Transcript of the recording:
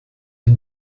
zit